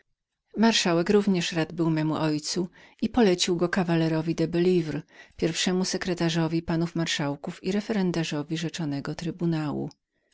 marszałek również rad był memu ojcu i polecił go kawalerowi de belivre pierwszemu sekretarzowi panów marszałków i obrońcy przy rzeczonym trybunale